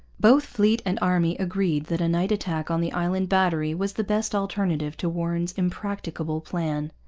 both fleet and army agreed that a night attack on the island battery was the best alternative to warren's impracticable plan.